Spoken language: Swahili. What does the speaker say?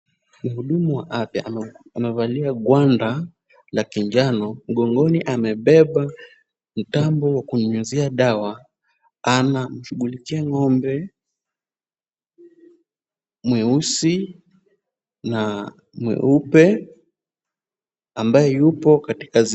Mhudumu wa afya amevalia gwanda la kijano. Mgongoni amebeba mtambo wa kunyunyizia dawa. Anashughulikia ng'ombe mweusi na mweupe ambaye yuko katika zizi.